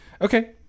Okay